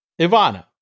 Ivana